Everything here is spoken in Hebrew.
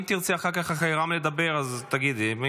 אם תרצי לדבר אחר כך,